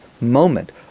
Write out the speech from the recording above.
moment